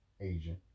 Asian